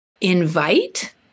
invite